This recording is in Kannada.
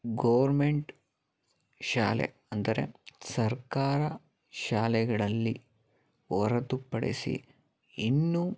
ಗೋರ್ಮೆಂಟ್ ಶಾಲೆ ಅಂದರೆ ಸರ್ಕಾರ ಶಾಲೆಗಳಲ್ಲಿ ಹೊರತುಪಡಿಸಿ ಇನ್ನು